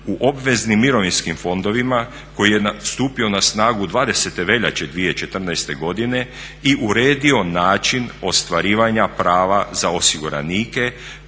u obveznim mirovinskim fondovima koji je stupio na snagu 20. veljače 2014. godine i uredio način ostvarivanja prava za osiguranike